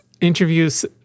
interviews